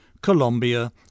Colombia